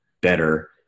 better